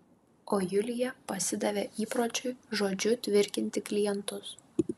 o julija pasidavė įpročiui žodžiu tvirkinti klientus